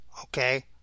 okay